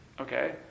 Okay